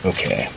Okay